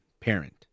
parent